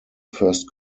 first